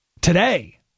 today